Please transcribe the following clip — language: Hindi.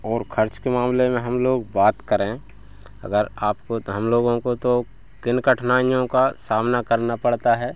और खर्च के मामले में हम लोग बात करें अगर आपको तो हम लोगों को तो किन कठिनाइयों का सामना करना पड़ता है